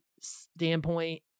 standpoint